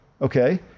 okay